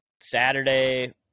Saturday